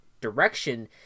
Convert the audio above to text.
direction